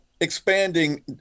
expanding